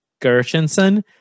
Gershenson